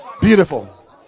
Beautiful